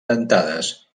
dentades